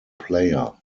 player